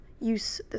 use